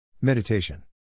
Meditation